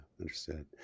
Understood